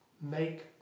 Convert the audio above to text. make